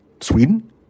Sweden